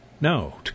No